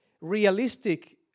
realistic